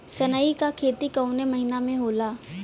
सनई का खेती कवने महीना में होला?